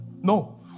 No